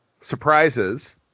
surprises